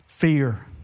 Fear